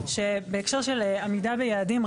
שבהקשר של עמידה ביעדים,